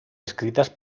escritas